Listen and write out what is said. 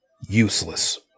Useless